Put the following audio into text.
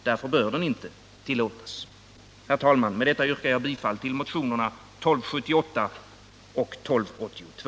Därför bör den inte tillåtas. Herr talman! Med detta yrkar jag bifall till motionerna 1278 och 1282.